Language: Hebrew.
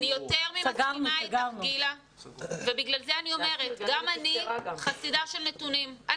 אני מסכימה עם גילה ולכן אני אומרת שגם אני חסידה של נתונים.